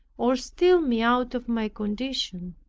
or steal me out of my condition.